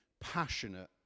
passionate